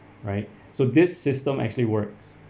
right so this system actually works